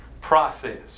process